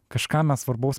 kažką mes svarbaus